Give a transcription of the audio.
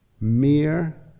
mere